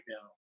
now